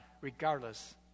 regardless